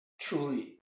truly